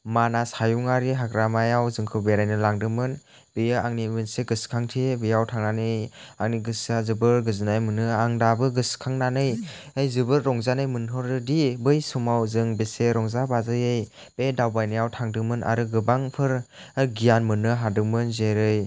मानास हायुंआरि हाग्रामायाव जोंखौ बेरायनो लांदोंमोन बेयो आंनि मोनसे गोसोखांथि बेयाव थांनानै आंनि गोसोआ जोबोर गोजोन्नाय मोनो आं दाबो गोसोखांनानै जोबोर रंजानाय मोनहरोदि बै समाव जों बेसे रंजा बाजायै बे दावबायनायाव थांदोंमोन आरो गोबांफोर गियान मोननो हादोंमोन जेरै